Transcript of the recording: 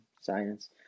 science